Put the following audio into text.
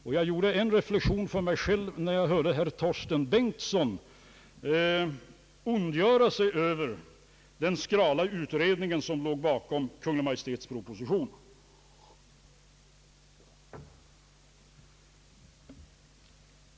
När jag hörde herr Torsten Bengtson ondgöra sig över den skrala utredning, som låg bakom Kungl. Maj:ts proposition, gjorde jag en reflexion.